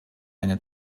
eine